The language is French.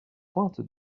pointe